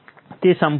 તે સંપૂર્ણ નથી